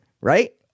Right